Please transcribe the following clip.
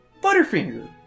Butterfinger